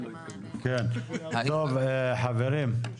חברים,